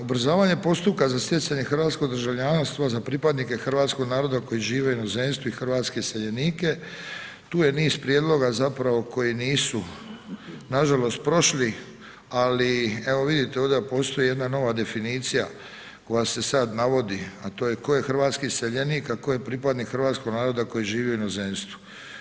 Ubrzavanje postupka za stjecanje hrvatskog državljanstva za pripadnike hrvatskog naroda koji živi u inozemstvu i hrvatske iseljenike, tu je niz prijedloga, zapravo koji nisu nažalost prošli ali evo vidite, ovdje postoji jedna nova definicija koja se sad navodi a to je tko je hrvatski iseljenik a tko je pripadnik hrvatskog naroda koji živi u inozemstvu.